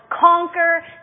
conquer